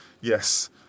yes